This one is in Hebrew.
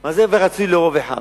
מה זה "ורצוי לרוב אחיו"?